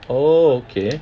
oh okay